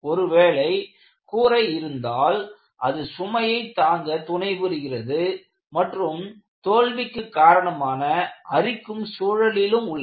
ஒருவேளை கூரை இருந்தால் அது சுமையை தாங்க துணைபுரிகிறது மற்றும் தோல்விக்கு காரணமான அரிக்கும் சூழலிலும் உள்ளது